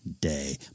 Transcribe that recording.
day